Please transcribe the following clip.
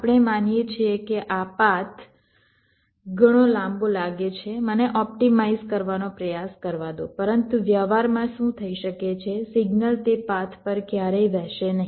આપણે માનીએ છીએ કે આ પાથ ઘણો લાંબો લાગે છે મને ઓપ્ટિમાઇઝ કરવાનો પ્રયાસ કરવા દો પરંતુ વ્યવહારમાં શું થઈ શકે છે સિગ્નલ તે પાથ પર ક્યારેય વહેશે નહીં